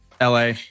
LA